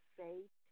faith